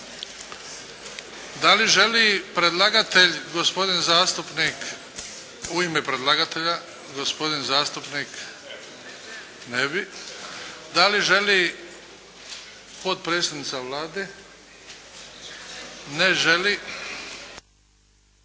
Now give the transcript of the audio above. Da li želi predlagatelj, gospodin zastupnik, u ime predlagatelja gospodin zastupnik? Ne bi. Da li želi potpredsjednica Vlade? Ne želi.